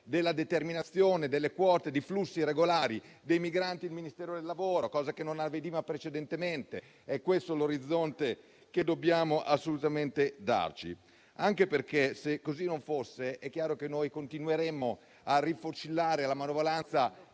della determinazione delle quote di flussi regolari dei migranti il Ministero del lavoro, cosa che non avveniva precedentemente. È questo l'orizzonte che dobbiamo assolutamente darci, anche perché, se così non fosse, chiaramente continueremmo a rifocillare la manovalanza